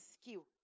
skill